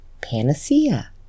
Panacea